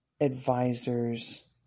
advisors